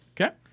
Okay